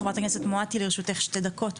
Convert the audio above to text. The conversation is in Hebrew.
חברת הכנסת מואטי, לרשותך שתי דקות,